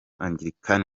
angilikani